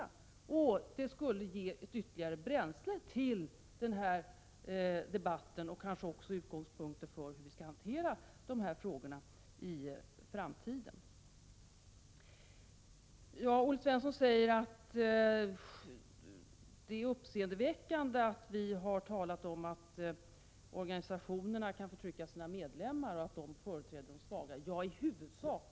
Om den gjorde det, skulle det ge ytterligare bränsle till den här debatten och kanske skapa utgångspunkter för hur vi skall hantera dessa frågor i framtiden. Olle Svensson säger att det är uppseendeväckande att vi har talat om att organisationerna, som ju företräder de svaga, kan förtrycka sina medlemmar.